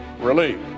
relief